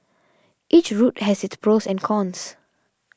each route has its pros and cons